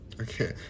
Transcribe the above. Okay